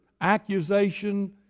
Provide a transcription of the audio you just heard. accusation